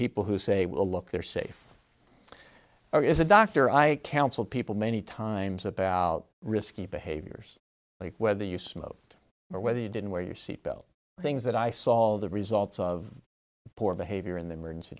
people who say well look they're safe there is a doctor i counsel people many times about risky behaviors like whether you smoked or whether you didn't wear your seat belt things that i saw all the results of poor behavior in the emergency